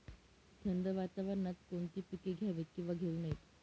थंड वातावरणात कोणती पिके घ्यावीत? किंवा घेऊ नयेत?